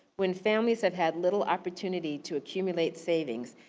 when families have had little opportunity to accumulate savings,